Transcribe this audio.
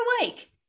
awake